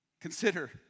Consider